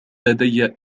لدي